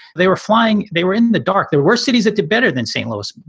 they were flying. they were in the dark. there were cities that did better than st. lois.